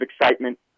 excitement